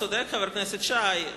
צודק חבר הכנסת שי,